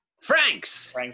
Frank's